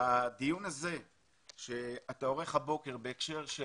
בדיון הזה שאתה עורך הבוקר בהקשר של